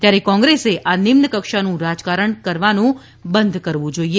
ત્યારે કોંગ્રેસે આ નિમ્ન કક્ષાનું રાજકારણ કરવાનું બંધ કરવું જોઇએ